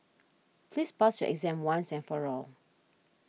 please pass your exam once and for all